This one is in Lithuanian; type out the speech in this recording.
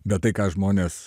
bet tai ką žmonės